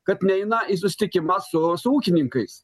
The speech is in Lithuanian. kad neina į susitikimą su ūkininkais